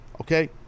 okay